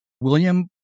William